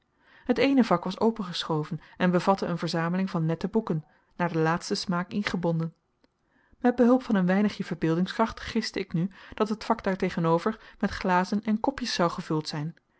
het eene vak was opengeschoven en bevatte een verzameling van nette boeken naar den laatsten smaak ingebonden met behulp van een weinigje verbeeldingskracht giste ik nu dat het vak daartegenover met glazen en kopjes zou gevuld zijn